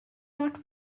not